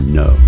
no